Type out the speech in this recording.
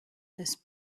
this